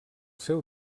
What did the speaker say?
seu